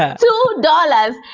yeah so dollars!